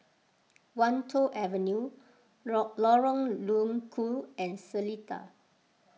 Wan Tho Avenue law Lorong Low Koon and Seletar